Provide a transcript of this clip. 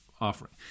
offering